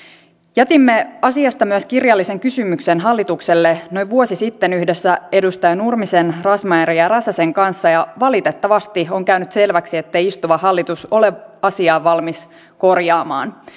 jätimme asiasta myös kirjallisen kysymyksen hallitukselle noin vuosi sitten yhdessä edustaja nurmisen razmyarin ja räsäsen kanssa ja valitettavasti on käynyt selväksi ettei istuva hallitus ole asiaa valmis korjaamaan